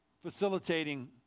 facilitating